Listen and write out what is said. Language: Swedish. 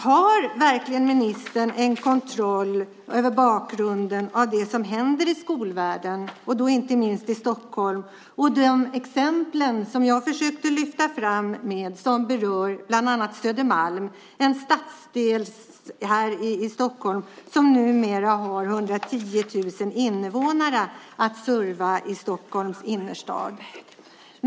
Har ministern verkligen kontroll över bakgrunden till det som händer i skolvärlden, inte minst i Stockholm? Det gäller då också de exempel som jag försökt lyfta fram och som rör bland annat Södermalm - en stadsdel här i Stockholm som numera har 110 000 invånare i Stockholms innerstad att serva.